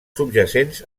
subjacents